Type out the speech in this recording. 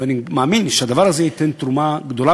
ואני מאמין שהדבר הזה יתרום תרומה גדולה